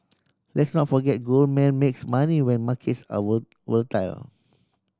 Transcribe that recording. let's not forget Goldman makes money when markets are volatile